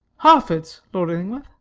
harfords, lord illingworth?